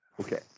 Okay